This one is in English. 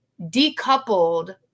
decoupled